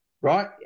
right